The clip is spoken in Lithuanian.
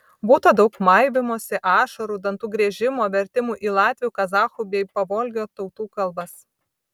būta daug maivymosi ašarų dantų griežimo vertimų į latvių kazachų bei pavolgio tautų kalbas